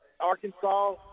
Arkansas